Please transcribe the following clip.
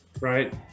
right